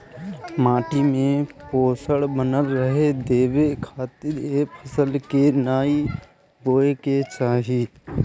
माटी में पोषण बनल रहे देवे खातिर ए फसल के नाइ बोए के चाही